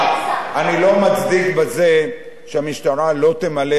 אני לא מצדיק בזה שהמשטרה לא תמלא את חובתה.